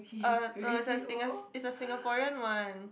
uh no it's a singa~ it's a Singaporean one